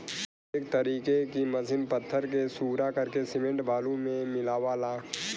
एक तरीके की मसीन पत्थर के सूरा करके सिमेंट बालू मे मिलावला